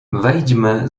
wejdźmy